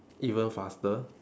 even faster